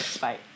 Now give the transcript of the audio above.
bye